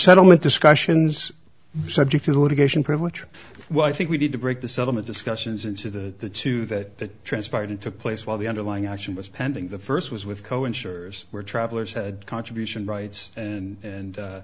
settlement discussions subject to litigation pretty much what i think we need to break the settlement discussions into the two that transpired it took place while the underlying action was pending the first was with cohen sure where travelers had contribution rights and had